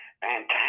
Fantastic